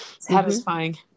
Satisfying